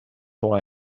why